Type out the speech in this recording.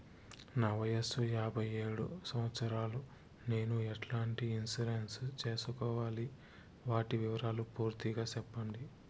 నా వయస్సు యాభై ఏడు సంవత్సరాలు నేను ఎట్లాంటి ఇన్సూరెన్సు సేసుకోవాలి? వాటి వివరాలు పూర్తి గా సెప్పండి?